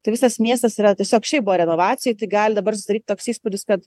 tai visas miestas yra tiesiog šiaip buvo renovacijoj tai gali dabar susidaryt toks įspūdis kad